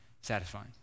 satisfying